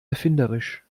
erfinderisch